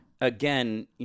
again